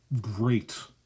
great